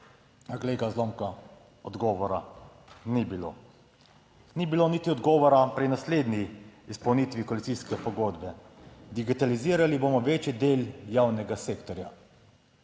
Glej ga zlomka, odgovora ni bilo. Ni bilo niti odgovora pri naslednji izpolnitvi koalicijske pogodbe. Digitalizirali bomo večji del javnega sektorja,